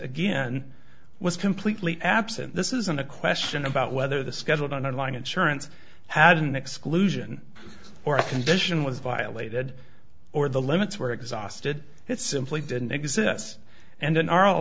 again was completely absent this isn't a question about whether the scheduled on line insurance had an exclusion or a condition was violated or the limits were exhausted it simply didn't exist and in o